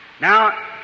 Now